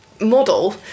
...model